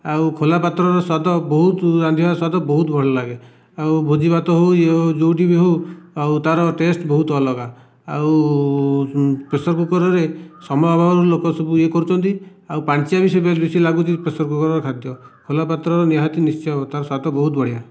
ଆଉ ଖୋଲାପାତ୍ରର ସ୍ବାଦ ବହୁତ ରାନ୍ଧିବା ସ୍ବାଦ ବହୁତ ଭଲ ଲାଗେ ଆଉ ଭୋଜିଭାତ ହେଉ ଇଏ ହେଉ ଯୋଉଠି ବି ହେଉ ଆଉ ତା'ର ଟେଷ୍ଟ ବହୁତ ଅଲଗା ଆଉ ପ୍ରେସରକୁକରରେ ସମୟ ଅଭାବ ଯୋଗୁ ଲୋକ ସବୁ ଇଏ କରୁଛନ୍ତି ଆଉ ପାଣିଚିଆ ବି ଲାଗୁଛି ବେଶୀ ପ୍ରେସରକୁକରର ଖାଦ୍ଯ ଖୋଲାପାତ୍ରର ନିହାତି ନିଶ୍ଚୟ ତାର ସ୍ବାଦ ବହୁତ ବଢିଆ